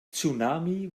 tsunami